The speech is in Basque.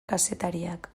kazetariak